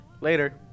Later